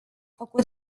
făcut